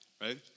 right